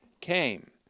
came